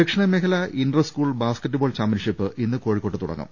ദക്ഷിണ മേഖല inter school basketball championship ഇന്ന് കോഴിക്കോട്ട് തുടങ്ങും